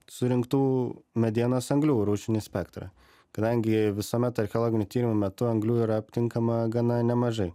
surinktų medienos anglių rūšinį spektrą kadangi visuomet archeologinių tyrimų metu anglių yra aptinkama gana nemažai